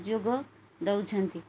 ଯୋଗ ଦେଉଛନ୍ତି